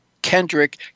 Kendrick